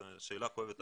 זו שאלה כואבת אחרת.